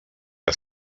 que